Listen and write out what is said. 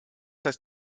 dass